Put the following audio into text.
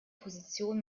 position